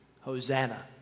Hosanna